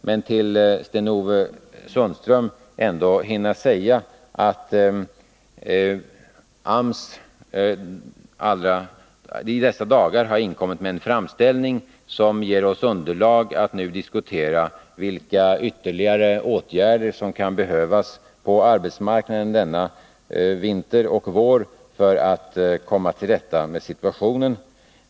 Jag hinner emellertid nu säga till Sten-Ove Sundström att AMS i dessa dagar har inkommit med en framställning som ger oss underlag för att nu diskutera vilka ytterligare åtgärder som kan behövas på arbetsmarknaden denna vinter och under våren för att vi skall komma till rätta med situationen.